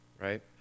right